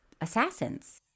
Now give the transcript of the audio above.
assassins